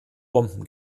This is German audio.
bomben